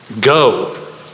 Go